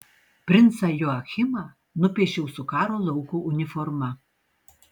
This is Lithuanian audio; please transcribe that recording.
princą joachimą nupiešiau su karo lauko uniforma